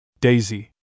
Daisy